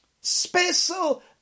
Special